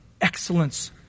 excellence